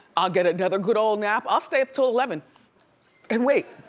i'll get another good ol' nap. i'll stay up til eleven and wait.